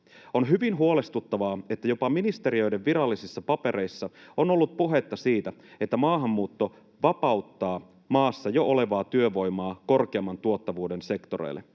On hyvin huolestuttavaa, että jopa ministeriöiden virallisissa papereissa on ollut puhetta siitä, että maahanmuutto vapauttaa maassa jo olevaa työvoimaa korkeamman tuottavuuden sektoreille.